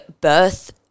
birth